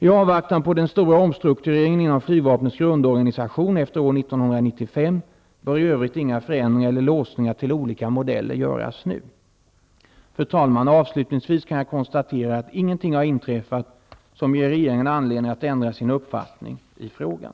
I avvaktan på den stora omstruktureringen inom flygvapnets grundorganisation efter år 1995 bör i övrigt inga förändringar eller låsningar till olika modeller göras nu. Fru talman! Avslutningsvis kan jag konstatera att ingenting har inträffat som ger regeringen anledning att ändra sin uppfattning i frågan.